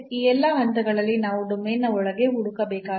ಈ ಎಲ್ಲಾ ಹಂತಗಳಲ್ಲಿ ನಾವು ಡೊಮೇನ್ ಒಳಗೆ ಹುಡುಕಬೇಕಾಗಿದೆ